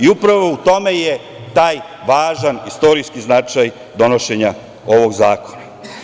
Upravo u tome je taj važan istorijski značaj donošenja ovog zakona.